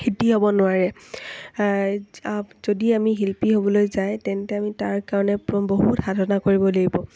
সিদ্ধি হ'ব নোৱাৰে যদি আমি শিল্পী হ'বলৈ যায় তেন্তে আমি তাৰ কাৰণে একদম বহুত সাধনা কৰিব লাগিব